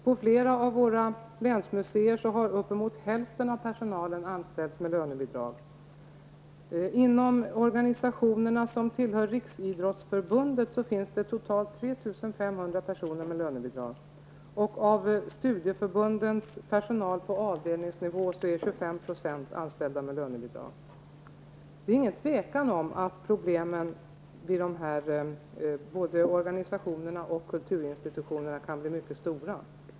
På flera av våra länsmuseer har uppemot hälften av personalen anställts med lönebidrag. Inom organisationerna som tillhör Riksidrottsförbundet finns det totalt 25 % anställda med lönebidrag. Det är inget tvivel om att problemen både vid organisationerna och vid kulturinstitutionerna kan bli mycket stora.